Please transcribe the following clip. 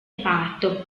parto